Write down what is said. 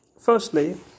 firstly